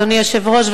אדוני היושב-ראש,